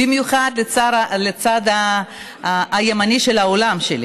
במיוחד לצד הימני שלי באולם,